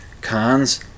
cons